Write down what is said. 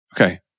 Okay